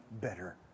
better